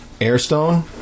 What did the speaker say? Airstone